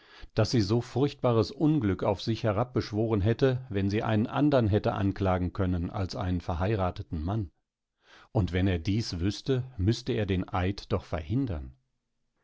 daß sie so furchtbares unglück auf sich herabbeschworen hätte wenn sie einen andern hätte anklagen können als einen verheirateten mann und wenn er dies wüßte müßte er den eid doch verhindern